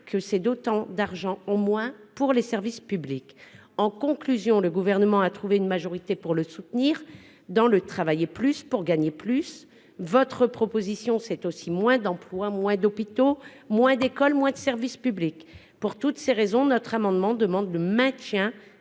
que c'est autant d'argent en moins pour les services publics. Le Gouvernement a trouvé une majorité pour le soutenir dans le « travailler plus pour gagner plus », mais votre proposition, c'est aussi moins d'emplois, moins d'hôpitaux, moins d'écoles, moins de services publics. Pour toutes ces raisons, nous demandons par cet amendement le maintien